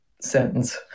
sentence